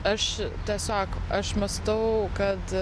aš tiesiog aš mąstau kad